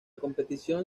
competición